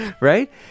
right